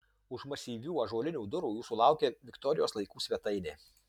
už masyvių ąžuolinių durų jūsų laukia viktorijos laikų svetainė